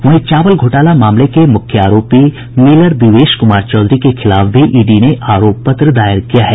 वहीं चावल घोटाला मामले के मुख्य आरोपी मिलर दिवेश कुमार चौधरी के खिलाफ भी ईडी ने आरोप पत्र दायर किया है